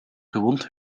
gewond